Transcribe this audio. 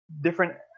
different